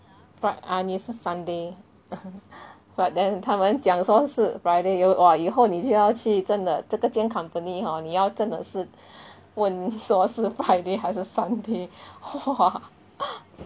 fri~ uh 也是 sunday but then 他们讲说是 friday !wah! 以后你就要去真的这个间 company hor 你要真的是问说是 friday 还是 sunday !whoa!